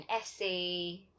essay